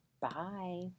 Bye